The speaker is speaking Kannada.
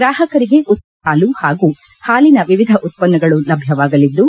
ಗ್ರಾಹಕರಿಗೆ ಉತ್ತಮ ಗುಣಮಟ್ಟದ ಹಾಲು ಹಾಗೂ ಹಾಲಿನ ವಿವಿಧ ಉತ್ಪನ್ನಗಳು ಲಭ್ವವಾಗಲಿದ್ದು